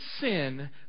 sin